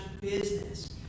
business